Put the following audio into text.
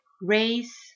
Raise